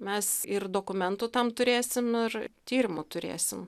mes ir dokumentų tam turėsim ir tyrimų turėsim